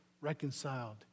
reconciled